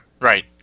Right